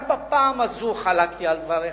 רק בפעם הזו חלקתי על דבריך.